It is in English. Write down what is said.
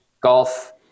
golf